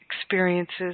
experiences